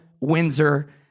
Windsor